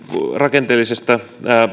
rakenteellisesta